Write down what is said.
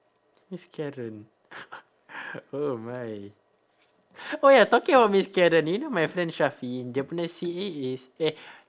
miss karen oh my oh ya talking about miss karen do you know my friend shafi dia punya C_A is eh